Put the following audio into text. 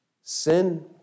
sin